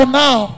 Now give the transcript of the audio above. now